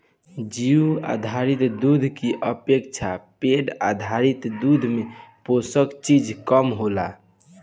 जीउ आधारित दूध की अपेक्षा पेड़ आधारित दूध में पोषक चीज कम होला